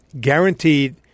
guaranteed